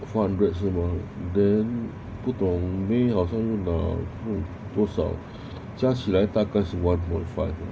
four hundred 是吗 then 不懂 may 好像又拿多少加起来大概是 one point five